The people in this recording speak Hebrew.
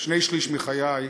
שני-שלישים מחיי,